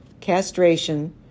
castration